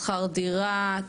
שכר דירה,